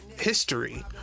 history